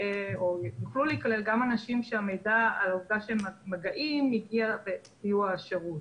יוכלו להיכלל גם אנשים שהמידע על המגעים שלהם הגיע בסיוע השירות.